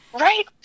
Right